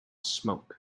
smoke